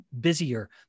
busier